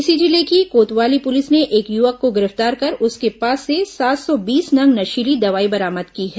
इसी जिले की कोतवाली पुलिस ने एक युवक को गिरफ्तार कर उसके पास से सात सौ बीस नग नशीली दवाई बरामद की है